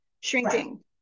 shrinking